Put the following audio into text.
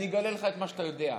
אני אגלה לך את מה שאתה יודע: